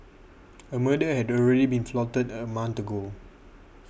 a murder had already been plotted a month ago